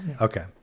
Okay